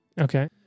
okay